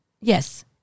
Yes